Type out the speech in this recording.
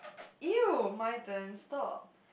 !eww! my turn stop